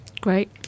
Great